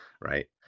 Right